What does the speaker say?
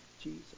Jesus